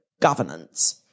governance